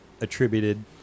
attributed